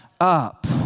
up